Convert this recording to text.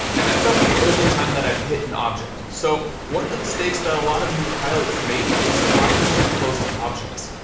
and that's not the only time that i've hit an object. so one of the mistakes that a lot of new pilots make is flying too close to objects.